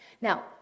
Now